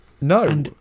no